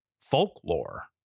folklore